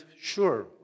sure